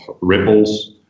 ripples